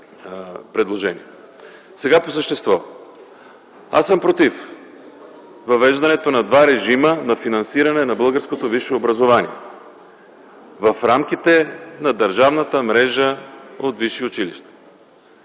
Сега по същество. Аз съм против въвеждането на два режима на финансиране на българското висше образование в рамките на държавната мрежа от висши училища.